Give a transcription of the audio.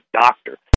doctor